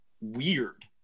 weird